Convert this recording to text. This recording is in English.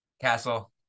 Castle